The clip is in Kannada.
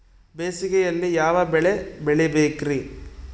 ಬೇಸಿಗೆಯಲ್ಲಿ ಯಾವ ಬೆಳೆ ಬೆಳಿಬೇಕ್ರಿ?